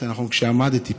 יותר נכון כשעמדתי פה,